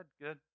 good